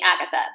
Agatha